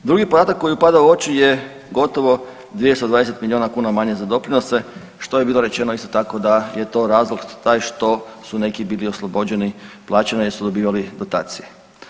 Drugi podatak koji upada u oči je gotovo 220 milijuna kuna manje za doprinose, što je bilo rečeno isto tako da je to razlog taj što su neki bili oslobođeni plaćanja jer su dobivali dotacije.